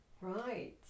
Right